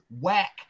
whack